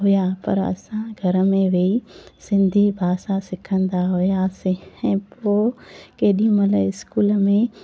हुया पर असां घर में वेही सिंधी भाषा सिखंदा हुयासीं ऐं पोइ केॾीमहिल स्कूल में